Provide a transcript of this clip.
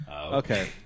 Okay